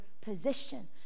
position